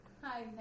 Hi